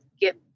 get